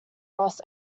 los